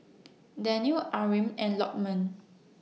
Danial Amrin and Lokman